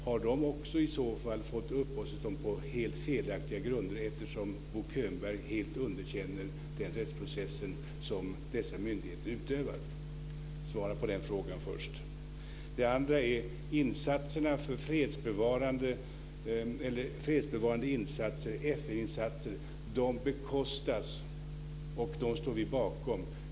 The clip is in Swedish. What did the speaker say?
Har de också i sådana fall fått uppehållstillstånd på helt felaktiga grunder eftersom Bo Könberg helt underkänner den rättsprocess som dessa myndigheter utövar? Svara på den frågan först. Fredsbevarande insatser, FN-insatser bekostas och de står vi bakom.